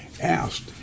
asked